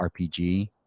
RPG